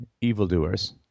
evildoers